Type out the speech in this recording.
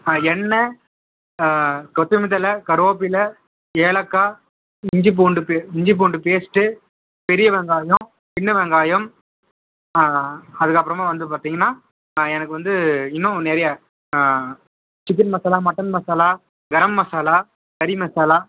எண்ணெய் கொத்தமல்லி தழை கருவேப்பிலை ஏலக்காய் இஞ்சி பூண்டு பே இஞ்சிப் பூண்டு பேஸ்ட் பெரிய வெங்காயம் சின்ன வெங்காயம் அதுக்கப்புறமா வந்து பார்த்திங்கன்னா எனக்கு வந்து இன்னும் நிறையா சிக்கன் மசாலா மட்டன் மசாலா கரம் மசாலா கறி மசாலா